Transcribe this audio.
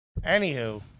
Anywho